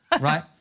right